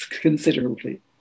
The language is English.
considerably